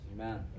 Amen